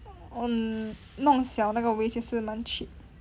mm 弄小那个 waist 也是蛮 cheap